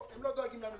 הם לא דואגים לנו.